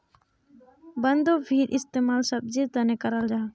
बन्द्गोभीर इस्तेमाल सब्जिर तने कराल जाहा